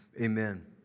amen